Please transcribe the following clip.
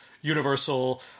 universal